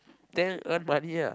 then earn money lah